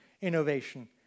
innovation